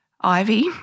Ivy